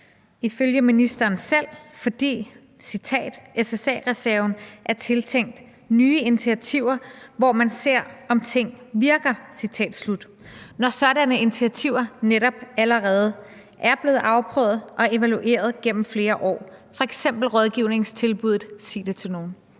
ifølge ministeren selv, fordi »SSA-reserven er tiltænkt nye initiativer, hvor man ser, om ting virker«, når sådanne initiativer netop allerede er blevet afprøvet og evalueret gennem flere år, eksempelvis rådgivningstilbuddet »Sig det til nogen«?